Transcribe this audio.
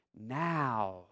Now